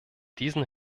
diesen